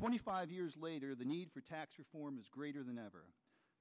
twenty five years later the need for tax reform is greater than ever